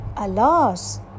Alas